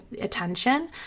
attention